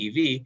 EV